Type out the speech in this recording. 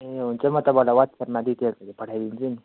ए हुन्छ म तपाईँलाई वाट्सएपमा डिटेल्सहरू पठाइदिन्छु नि